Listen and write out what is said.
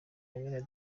bene